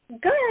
Good